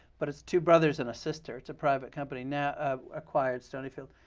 but it's two brothers and a sister. it's a private company now ah acquired stonyfield,